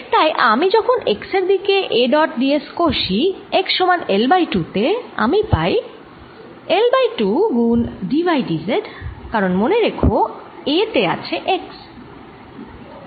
তাই আমি যখন x এর জন্য A ডট d s কষি x সমান L বাই 2 তে আমি পাই L বাই 2 গুণ d y d z কারণ মনে রেখো A তে আছে x